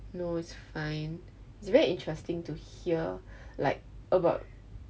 no it's fine it's very interesting to hear like about